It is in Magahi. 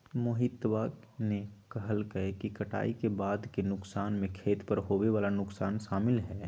मोहितवा ने कहल कई कि कटाई के बाद के नुकसान में खेत पर होवे वाला नुकसान शामिल हई